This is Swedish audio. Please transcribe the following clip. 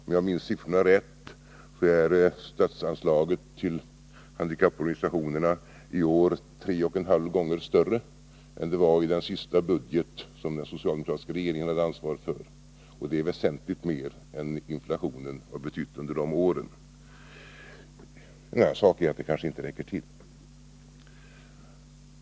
Om jag minns siffrorna rätt är statsanslaget till handikapporganisationerna i år tre och en halv gånger större än vad det var i den sista budget som den socialdemokratiska regeringen hade ansvaret för, och det är väsentligt mer än vad inflationen har betytt under de åren. En annan sak är att det kanske inte räcker till.